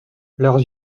leurs